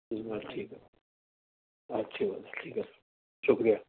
ٹھیک ہے اچھی بات ہے ٹھیک ہے شکریہ